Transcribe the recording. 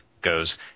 goes